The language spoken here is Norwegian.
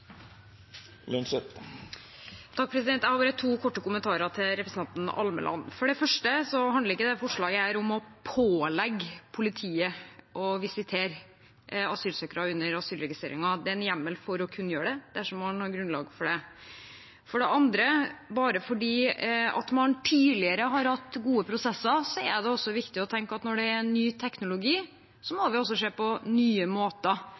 Jeg har bare to korte kommentarer til representanten Almeland. For det første handler ikke dette forslaget om å pålegge politiet å visitere asylsøkere under asylregistreringen. Det er en hjemmel for å kunne gjøre det dersom man har grunnlag for det. For det andre, selv om man tidligere har hatt gode prosesser, er det viktig å tenke at når det kommer ny teknologi, må vi også se på nye måter